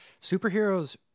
superheroes